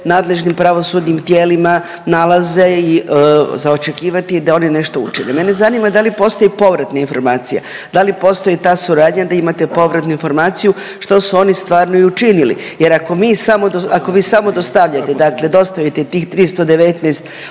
nadležnim pravosudnim tijelima nalaze i za očekivati je da oni nešto učine. Mene zanima da li postoji povratna informacija, da li postoji ta suradnja da imate povratnu informaciju što su oni stvarno i učinili. Jer ako vi samo dostavljate, dakle dostavite tih 319,